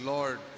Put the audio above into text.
Lord